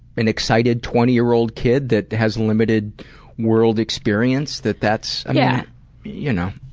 an excited twenty year old kid that has limited world experience, that that's yeah you know.